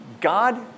God